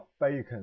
Bacon